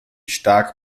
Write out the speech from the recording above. stark